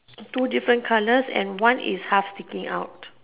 two different colors and one is half sticking out